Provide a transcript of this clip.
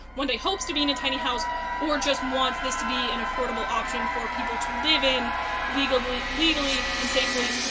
one day hopes to be in a tiny house or just wants this to be an affordable option for people to live in legally legally and safely,